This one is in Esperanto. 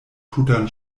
tutan